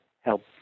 help